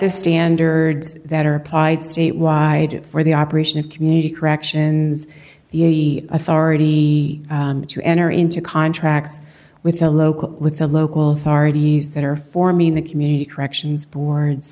the standards that are applied statewide for the operation of community corrections the authority to enter into contracts with the local with the local authorities that are forming the community corrections boards